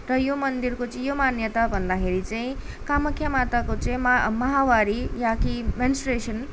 र यो मन्दिरको चाहिँ यो मान्यता भन्दाखेरि चाहिँ कामाख्या माताको चाहिँ महा महावारी यहाँ या कि मेन्सट्रुेसन